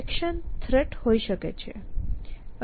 action threat હોઈ શકે છે